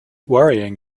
worrying